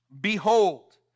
Behold